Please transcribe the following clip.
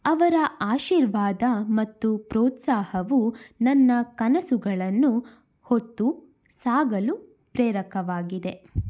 ಅವರ ಆಶೀರ್ವಾದ ಮತ್ತು ಪ್ರೋತ್ಸಾಹವು ನನ್ನ ಕನಸುಗಳನ್ನು ಹೊತ್ತು ಸಾಗಲು ಪ್ರೇರಕವಾಗಿದೆ